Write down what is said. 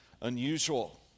unusual